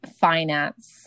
finance